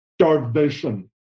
Starvation